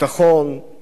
בכלכלה,